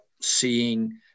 seeing